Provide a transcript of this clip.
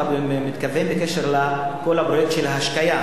אתה מתכוון בקשר לכל הפרויקט של ההשקיה,